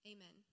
Amen